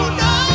no